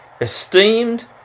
Esteemed